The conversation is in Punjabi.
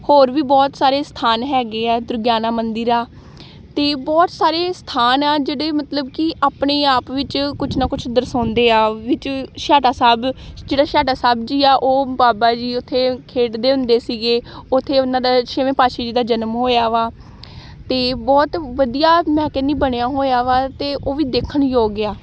ਹੋਰ ਵੀ ਬਹੁਤ ਸਾਰੇ ਸਥਾਨ ਹੈਗੇ ਆ ਦੁਰਗਿਆਨਾ ਮੰਦਰ ਆ ਅਤੇ ਬਹੁਤ ਸਾਰੇ ਸਥਾਨ ਆ ਜਿਹੜੇ ਮਤਲਬ ਕਿ ਆਪਣੇ ਆਪ ਵਿੱਚ ਕੁਛ ਨਾ ਕੁਛ ਦਰਸਾਉਂਦੇ ਆ ਵਿੱਚ ਛੇਹਰਟਾ ਸਾਹਿਬ ਜਿਹੜਾ ਛੇਹਰਟਾ ਸਾਹਿਬ ਜੀ ਆ ਉਹ ਬਾਬਾ ਜੀ ਉੱਥੇ ਖੇਡਦੇ ਹੁੰਦੇ ਸੀਗੇ ਉੱਥੇ ਉਹਨਾਂ ਦਾ ਛੇਵੇਂ ਪਾਤਸ਼ਾਹ ਜੀ ਦਾ ਜਨਮ ਹੋਇਆ ਵਾ ਅਤੇ ਬਹੁਤ ਵਧੀਆ ਮੈਂ ਕਹਿੰਦੀ ਬਣਿਆ ਹੋਇਆ ਵਾ ਅਤੇ ਉਹ ਵੀ ਦੇਖਣਯੋਗ ਆ